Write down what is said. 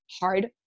hard